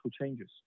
changes